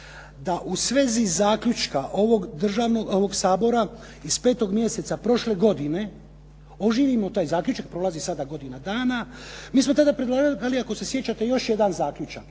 da u svezi zaključka ovoga Sabora iz petog mjeseca prošle godine oživimo taj zaključak, prolazi sada godina dana, mi smo tada predlagali, ali ako se sjećate još jedan zaključak